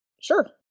Sure